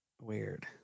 Weird